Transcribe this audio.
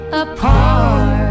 apart